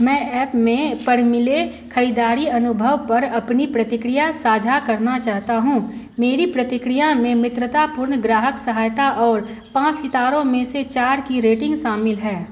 मैं ऐप में पर मिले खरीदारी अनुभव पर अपनी प्रतिक्रिया साझा करना चाहता हूँ मेरी प्रतिक्रिया में मित्रतापूर्ण ग्राहक सहायता और पाँच सितारों में से चार की रेटिंग शामिल है